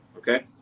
Okay